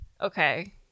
Okay